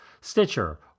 Stitcher